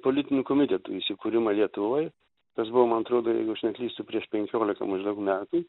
politinių komitetų įsikūrimą lietuvoj kas buvo man atrodo jeigu aš neklystu prieš penkiolika maždaug metai